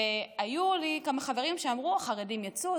היו לי כמה חברים שאמרו: החרדים יצאו,